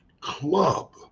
club